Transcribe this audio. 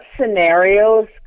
scenarios